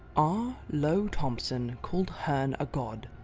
ah lowe thompson called herne a god,